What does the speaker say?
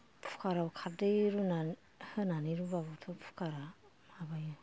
कुखाराव खारदै होनानै रुबाबोथ' कुखारा माबायो